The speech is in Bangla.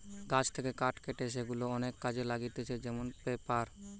গাছ থেকে কাঠ কেটে সেগুলা অনেক কাজে লাগতিছে যেমন পেপার